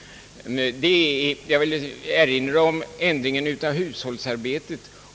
Jag vill erinra om förändringen när det gäller hushållsarbetet.